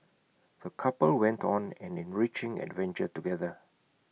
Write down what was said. the couple went on an enriching adventure together